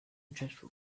dreadful